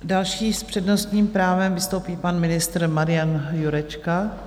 Další s přednostním právem vystoupí pan ministr Marian Jurečka.